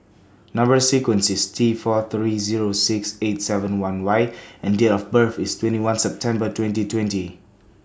Number sequence IS T four three Zero six eight seven one Y and Date of birth IS twenty one September twenty twenty